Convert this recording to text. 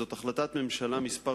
זו החלטת ממשלה מס'